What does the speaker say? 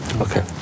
Okay